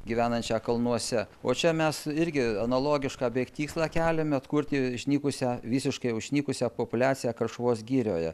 gyvenančią kalnuose o čia mes irgi analogišką beveik tikslą keliam atkurti išnykusią visiškai jau išnykusią populiaciją karšuvos girioje